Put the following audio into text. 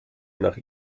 nach